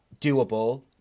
doable